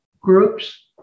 groups